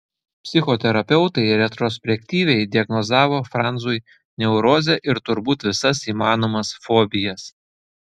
psichoterapeutai retrospektyviai diagnozavo franzui neurozę ir turbūt visas įmanomas fobijas